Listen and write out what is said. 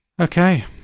Okay